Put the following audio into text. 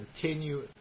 continue